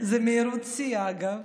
זו מהירות שיא, אגב,